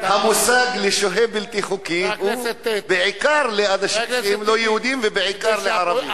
המושג "שוהה בלתי חוקי" הוא בעיקר לאנשים לא יהודים ובעיקר לערבים.